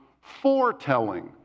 foretelling